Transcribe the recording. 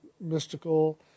mystical